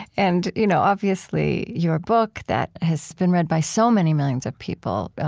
and you know obviously, your book that has been read by so many millions of people,